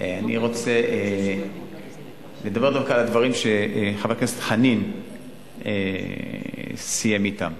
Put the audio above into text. אני רוצה דווקא לדבר על הדברים שחבר הכנסת חנין סיים אתם.